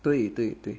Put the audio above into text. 对对对